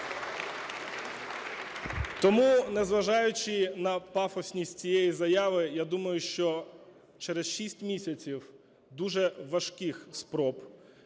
Тому, незважаючи на пафосність цієї заяви, я думаю, що через 6 місяців дуже важких спроб